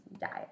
diet